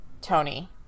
Tony